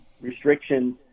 restrictions